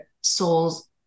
soul's